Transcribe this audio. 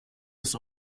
des